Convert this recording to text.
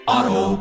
Auto